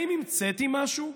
האם המצאתי משהו?